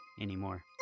anymore